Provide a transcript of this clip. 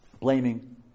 blaming